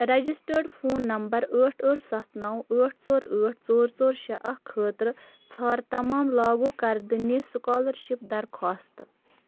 registered phone number ٲٹھ ٲٹھ سَتھ نَو ٲٹھ ژور ٲٹھ ژور ژور شےٚ اَکھ خٲطرٕ ژھار تمام لاگوٗ کردٕنِس سُکالر شِپ درخواستہٕ